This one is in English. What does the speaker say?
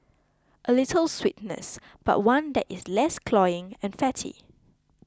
a little sweetness but one that is less cloying and fatty